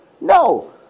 No